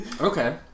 Okay